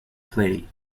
play